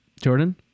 Jordan